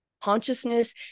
consciousness